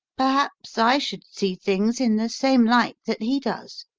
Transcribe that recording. perhaps i should see things in the same light that he does.